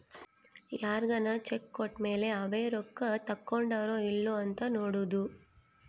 ಯಾರ್ಗನ ಚೆಕ್ ಕೋಟ್ಮೇಲೇ ಅವೆ ರೊಕ್ಕ ತಕ್ಕೊಂಡಾರೊ ಇಲ್ಲೊ ಅಂತ ನೋಡೋದು